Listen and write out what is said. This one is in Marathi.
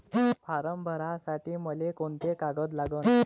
फारम भरासाठी मले कोंते कागद लागन?